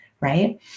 right